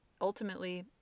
ultimately